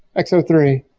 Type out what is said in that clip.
x zero three.